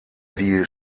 wie